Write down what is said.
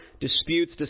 disputes